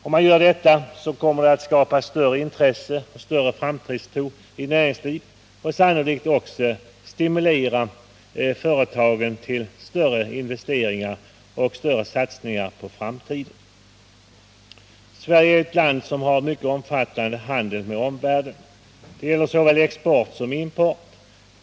Om man gör detta kommer det att skapa större intresse och större framtidstro i näringslivet och sannolikt också stimulera företagen till större investeringar och större satsningar på framtiden. Sverige är ju ett land som har mycket omfattande handel med omvärlden. Detta gäller såväl export som import.